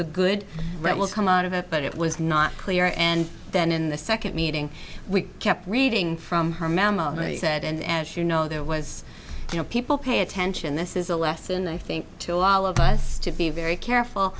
the good right will come out of it but it was not clear and then in the second meeting we kept reading from her mama he said and as you know there was you know people pay attention this is a lesson i think till all of us to be very careful